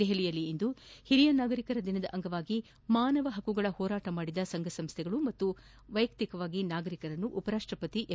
ದೆಪಲಿಯಲ್ಲಿಂದು ಹಿರಿಯ ನಾಗರಿಕರ ದಿನದ ಅಂಗವಾಗಿ ಮಾನವ ಹಕ್ಕುಗಳ ಹೋರಾಟ ಮಾಡಿದ ಸಂಘ ಸಂಸ್ಥೆಗಳ ಹಾಗೂ ನಾಗರಿಕರನ್ನು ಉಪರಾಷ್ಟಪತಿ ಎಂ